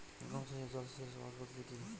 গম চাষে জল সেচের সহজ পদ্ধতি কি?